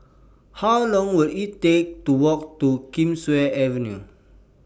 How Long Will IT Take to Walk to Kingswear Avenue